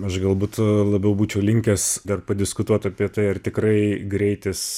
aš galbūt labiau būčiau linkęs dar padiskutuot apie tai ar tikrai greitis